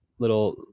little